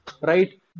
right